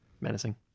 menacing